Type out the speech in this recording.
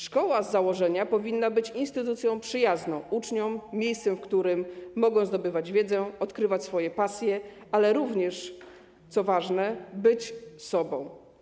Szkoła z założenia powinna być instytucją przyjazną uczniom, miejscem, w którym mogą zdobywać wiedzę, odkrywać swoje pasje, ale również, co ważne, być sobą.